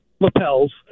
lapels